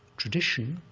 tradition,